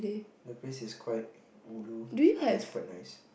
that place is quite ulu but is quite nice